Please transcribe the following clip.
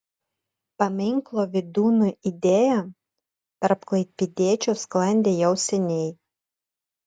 paminklo vydūnui idėja tarp klaipėdiečių sklandė jau seniai